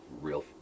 real